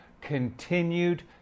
continued